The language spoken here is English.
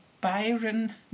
Byron